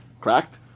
cracked